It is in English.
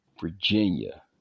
Virginia